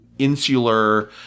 insular